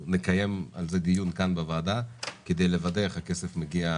אנחנו נקיים דיון בוועדה כדי לוודא איך הכסף מגיע